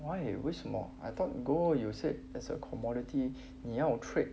why 为什么 I thought gold you said as a commodity 你要 trade